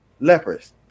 lepers